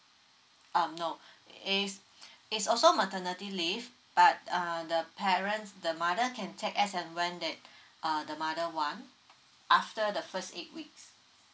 um no it's it's also maternity leave but err the parents the mother can text us and when that uh the mother want after the first eight week